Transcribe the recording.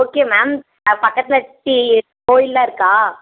okay ma'am அது பக்கத்தில் டீ கோவில்லாம் இருக்கா